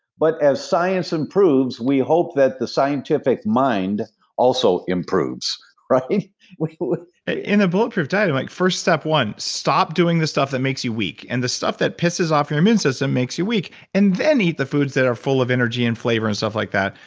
but as science improves, we hope that the scientific mind also improves in ah the bulletproof diet, i'm like, for step one, stop doing this stuff that makes you weak, and the stuff that pisses off your immune system makes you weak and then, eat the foods that are full of energy, and flavor, and stuff like that.